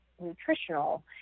nutritional